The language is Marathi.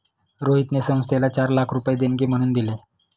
रोहितने संस्थेला चार लाख रुपये देणगी म्हणून दिले